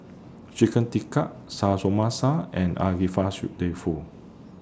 Chicken Tikka Samosa and Agedashi Dofu